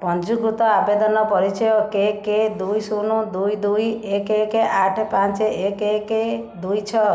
ପଞ୍ଜୀକୃତ ଆବେଦନ ପରିଚୟ କେ କେ ଦୁଇ ଶୂନ ଦୁଇ ଦୁଇ ଏକେ ଏକେ ଆଠେ ପାଞ୍ଚେ ଏକେ ଏକେ ଦୁଇ ଛଅ